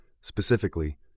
Specifically